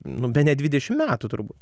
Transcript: nu bene dvidešim metų turbūt